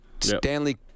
Stanley